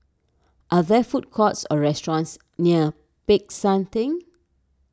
are there food courts or restaurants near Peck San theng